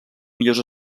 millors